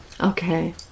Okay